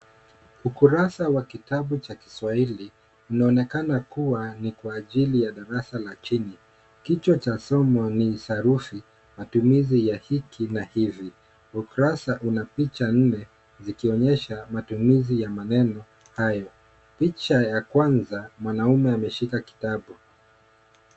Ukurasa wa kitabu cha kiswahili, unaonekana kuwa ni kwa ajili ya darasa la chini. Kichwa cha somo ni sarufi, matumizi ya hiki na hivi. Ukurasa una picha nne zikionyesha matumizi ya maneno hayo. Picha ya kwanza mwanaume ameshika kitabu.